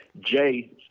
Jay